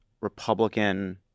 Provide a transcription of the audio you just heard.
Republican